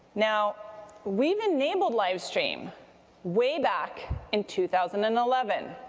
now we have enabled live stream way back in two thousand and eleven,